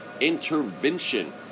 intervention